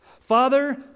Father